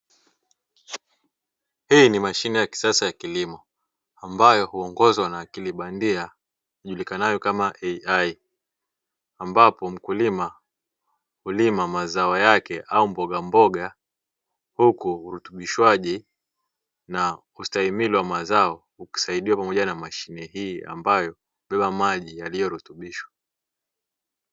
Hili ni mashine ya kisasa ya kilimo, ambayo uongozwa na akili bandia ijulikanayo kama "AI", ambapo mkulima hulima mazao yake au mbogamboga, huku urutubishwaji na ustahimili wa mazao ukisaidiwa pamoja na mashine hii, ambayo hubeba maji yaliyorutubishwa.